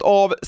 av